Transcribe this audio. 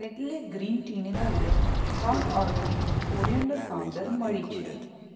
ટેટલે green ટીને બદલે turn organic coriander powder મળી છે